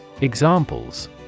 Examples